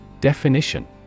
Definition